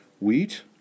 Wheat